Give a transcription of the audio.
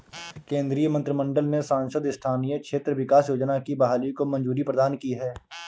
केन्द्रीय मंत्रिमंडल ने सांसद स्थानीय क्षेत्र विकास योजना की बहाली को मंज़ूरी प्रदान की है